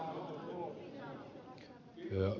arvoisa puhemies